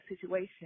situation